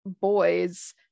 boys